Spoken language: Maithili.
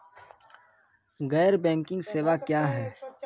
गैर बैंकिंग सेवा क्या हैं?